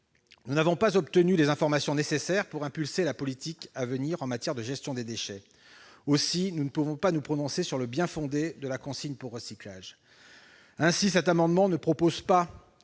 Nous n'avons pas obtenu les informations nécessaires pour impulser la politique à venir en matière de gestion des déchets. Nous ne pouvons donc pas nous prononcer sur le bien-fondé de la consigne pour recyclage. Ainsi, cet amendement ne vise pas